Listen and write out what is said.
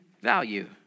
value